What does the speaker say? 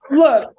look